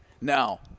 Now